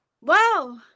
wow